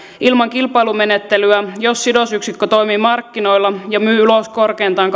ilman kilpailumenettelyä jos sidosyksikkö toimii markkinoilla ja myy ulos korkeintaan